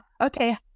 okay